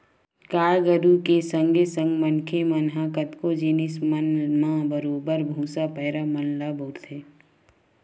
गाय गरुवा के संगे संग मनखे मन ह कतको जिनिस मन म बरोबर भुसा, पैरा मन ल बउरथे